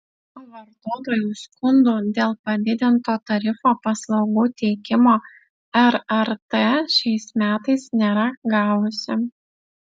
vartotojų skundų dėl padidinto tarifo paslaugų teikimo rrt šiais metais nėra gavusi